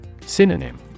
Synonym